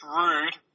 rude